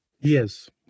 yes